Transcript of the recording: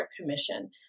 commission